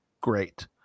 great